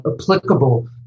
applicable